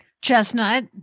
Chestnut